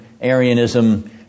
Arianism